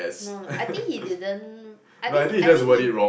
no I think he didn't I think I think he